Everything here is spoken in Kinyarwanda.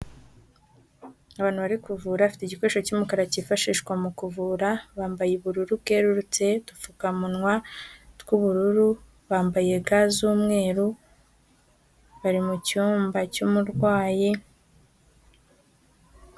Abantu bari kuvura bafite igikoresho cy'umukara cyifashishwa mu kuvura bambaye ubururu bwerurutse udupfukamunwa tw'ubururu bambaye ga z'umweru bari mu cyumba cy'umurwayi.